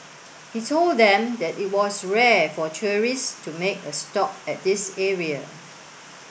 he told them that it was rare for tourists to make a stop at this area